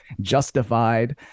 justified